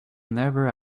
never